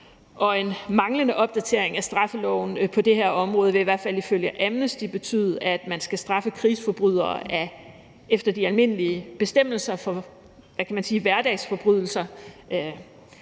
Og en manglende opdatering af straffeloven på det her område vil, i hvert fald ifølge Amnesty, betyde, at man skal straffe krigsforbrydere efter de almindelige bestemmelser for, hvad